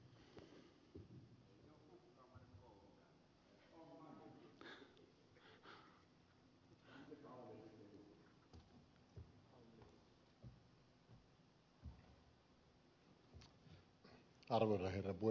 arvoisa herra puhemies